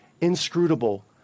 inscrutable